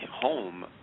home